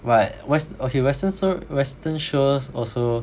but We~ okay Western sh~ Western shows also